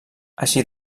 així